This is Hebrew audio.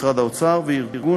משרד האוצר וארגון